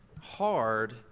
hard